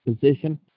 position